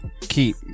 Keep